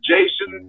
Jason